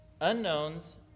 unknowns